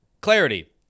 clarity